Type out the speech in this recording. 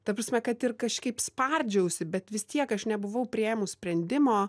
ta prasme kad ir kažkaip spardžiausi bet vis tiek aš nebuvau priėmus sprendimo